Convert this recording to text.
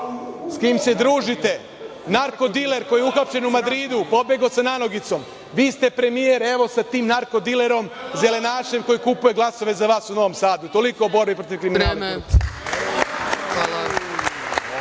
s kim se družite, narko-diler koji je uhapšen u Madridu, pobegao sa nanogicom, vi ste premijer, evo sa tim narko-dilerom, zelenašem koji kupuje glasove za vas u Novom Sadu. Toliko o borbi protiv kriminala